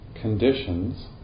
Conditions